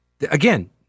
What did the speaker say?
Again